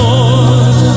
Lord